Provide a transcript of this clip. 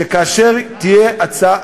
שכאשר תהיה הצעה,